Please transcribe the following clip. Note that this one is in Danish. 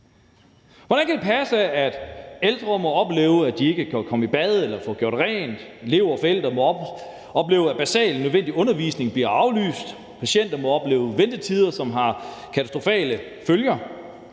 Hvordan kan det passe, at ældre må opleve, at de ikke kan komme i bad eller få gjort rent? Elever og forældre må opleve, at basal, nødvendig undervisning bliver aflyst, patienter må opleve ventetider, som har katastrofale følger,